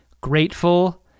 grateful